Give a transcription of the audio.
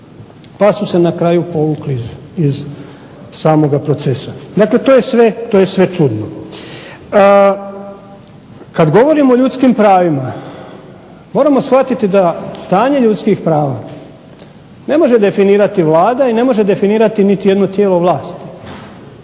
pa su se na kraju povukli iz samoga procesa. Dakle, to je sve čudno. Kad govorimo o ljudskim pravima moramo shvatiti da stanje ljudskih prava ne može definirati Vlada i ne može definirati niti jedno tijelo vlasti.